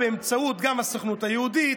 באמצעות הסוכנות היהודית,